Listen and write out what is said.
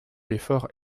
l’effort